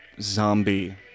zombie